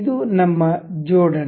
ಇದು ನಮ್ಮ ಜೋಡಣೆ